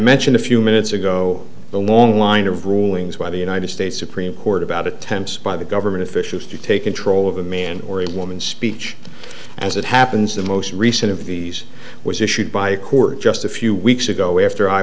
mentioned a few minutes ago the long line of rulings by the united states supreme court about attempts by the government officials to take control of a man or woman speech as it happens the most recent of these was issued by a court just a few weeks ago after i